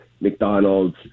mcdonald's